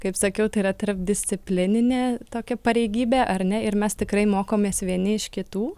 kaip sakiau tai yra tarpdisciplininė tokia pareigybė ar ne ir mes tikrai mokomės vieni iš kitų